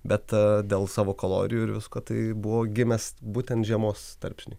bet dėl savo kalorijų ir visko tai buvo gimęs būtent žiemos tarpsniui